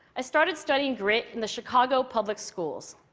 i started studying grit in the chicago public schools.